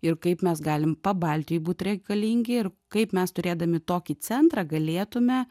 ir kaip mes galim pabaltijui būt reikalingi ir kaip mes turėdami tokį centrą galėtume